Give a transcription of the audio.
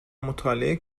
مطالعه